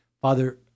Father